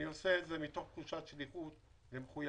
אני עושה את זה מתוך תחושת שליחות ומחויבות.